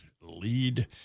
Lead